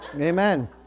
amen